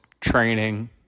training